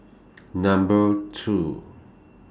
Number two